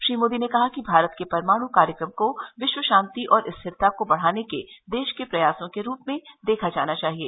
श्री मोदी ने कहा कि भारत के परमाणु कार्यक्रम को विश्व शांति और स्थिरता को बढ़ाने के देश के प्रयासों के रूप में देखा जाना चाहिए